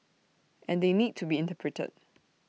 and they need to be interpreted